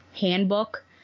handbook